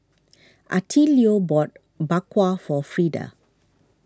Attilio bought Bak Kwa for Frida